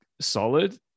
solid